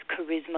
charisma